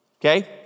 Okay